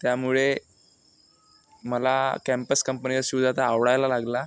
त्यामुळे मला कँपस कंपनीचा शूज आता आवडायला लागला